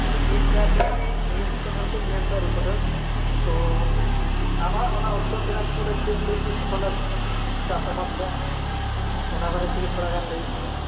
ᱚ ᱤᱧ tribe TV news channel ᱠᱷᱚᱱᱤᱧ ᱢᱮᱱᱫᱟ ᱨᱤᱯᱳᱴᱟᱨ ᱛᱚ ᱟᱢᱟᱜ ᱚᱱᱟ ᱩᱛᱛᱚᱨ ᱫᱤᱱᱟᱡᱯᱩᱨ ᱨᱮ ᱪᱮᱫ ᱪᱮᱫ ᱠᱚ ᱯᱷᱚᱥᱚᱞᱮᱢ ᱪᱟᱥ ᱟᱵᱟᱫ ᱮᱫᱟ ᱚᱱᱟ ᱵᱟᱨᱮ ᱛᱮᱜᱮ ᱛᱷᱚᱲᱟ ᱜᱟᱱ ᱞᱟᱹᱭᱟᱵᱚᱱ ᱢᱮ